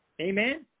Amen